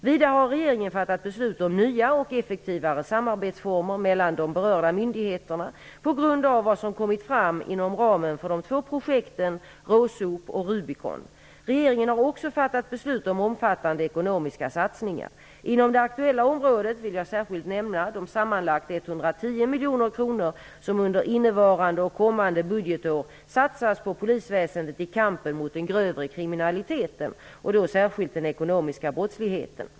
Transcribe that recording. Vidare har regeringen fattat beslut om nya och effektivare samarbetsformer mellan de berörda myndigheterna på grund av vad som kommit fram inom ramen för de två projekten RÅSOP och Rubicon. Regeringen har också fattat beslut om omfattande ekonomiska satsningar. Inom det aktuella området vill jag särskilt nämnda de sammanlagt 110 miljoner kronor som under innevarande och kommande budgetår satsas på polisväsendet i kampen mot den grövre kriminaliteten och då särskilt den ekonomiska brottsligheten.